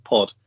Pod